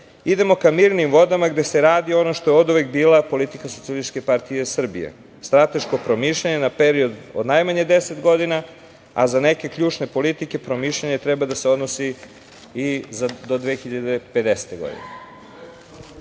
idemo ka mirnim vodama, gde se radi ono što je oduvek bila politika SPS - strateško promišljanje na period od najmanje 10 godina, a za neke ključne politike promišljanje treba da se odnosi i do 2050. godine. Umesto